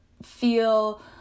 feel